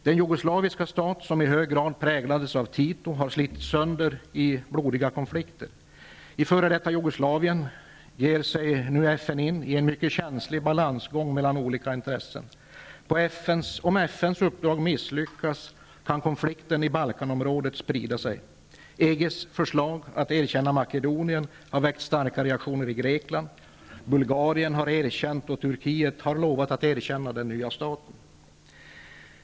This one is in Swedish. Den jugoslaviska stat som i hög grad präglades av Tito har slitits sönder i blodiga konflikter. I f.d. Jugoslavien ger sig nu FN in i en mycket känslig balansgång mellan olika intressen. Om FN:s uppdrag misslyckas kan konflikten i Balkanområdet sprida sig. EG:s förslag att erkänna Makedonien har väckt starka reaktioner i Grekland. Bulgarien har erkänt och Turkiet har lovat att erkänna den nya staten.